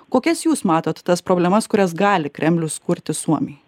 kokias jūs matot tas problemas kurias gali kremlius kurti suomijai